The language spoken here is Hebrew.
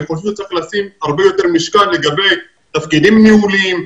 אני חושב שצריך לשים הרבה יותר משקל לגבי תפקידים ניהוליים,